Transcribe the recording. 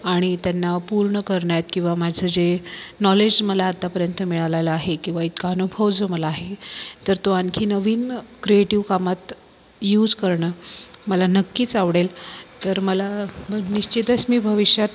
आणि त्यांना पूर्ण करण्यात किंवा माझं जे नॉलेज मला आतापर्यंत मिळालेला आहे किंवा इतका अनुभव जो मला आहे तर तो आणखी नवीन क्रिएटिव्ह कामात युज करणं मला नक्कीच आवडेल तर मला निश्चितच मी भविष्यात